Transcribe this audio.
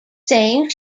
saying